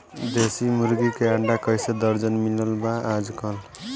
देशी मुर्गी के अंडा कइसे दर्जन मिलत बा आज कल?